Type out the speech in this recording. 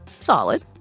solid